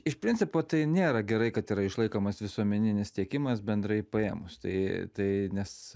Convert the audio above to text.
iš principo tai nėra gerai kad yra išlaikomas visuomeninis tiekimas bendrai paėmus tai tai nes